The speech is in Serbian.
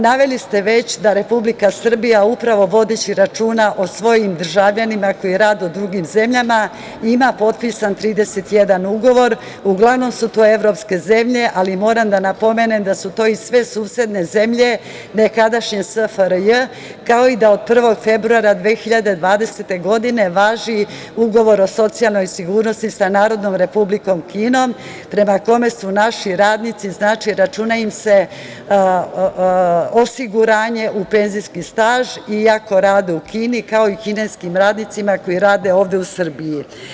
Naveli ste već da Republika Srbija upravo vodeći računa o svojim državljanima koji rade u drugim zemljama ima potpisan 31 ugovor, uglavnom su to evropske zemlje, ali moram da napomenem da su to i sve susedne zemlje nekadašnje SFRJ, kao i da od 1. februara 2020. godine važi Ugovor o socijalnoj sigurnosti sa Narodnom Republikom Kinom prema tome se našim radnicima računa osiguranje u penzijski staž iako rade u Kini, kao i kineskim radnicima koji rade ovde u Srbiji.